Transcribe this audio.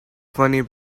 funny